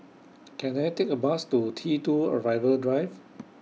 Can I Take A Bus to T two Arrival Drive